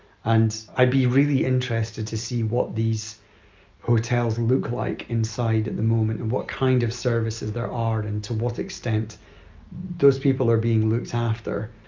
and i'd be really interested to see what these hotels look like inside at the moment and what kind of services there are and to what extent those people are being looked after.